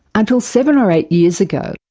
until seven or eight years ago,